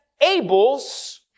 Abel's